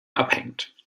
abhängt